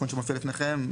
תיקון שמופיע לפניכם.